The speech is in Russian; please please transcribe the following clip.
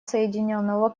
соединенного